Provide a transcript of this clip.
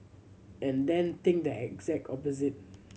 and then think the exact opposite